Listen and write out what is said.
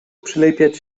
przylepiać